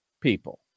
people